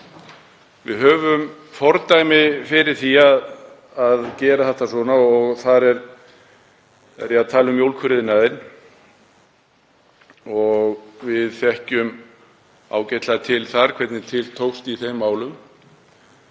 Við höfum fordæmi fyrir því að gera þetta. Þar er er ég að tala um mjólkuriðnaðinn og við þekkjum ágætlega hvernig til tókst í þeim málum.